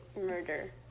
murder